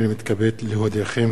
הנני מתכבד להודיעכם,